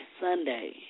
Sunday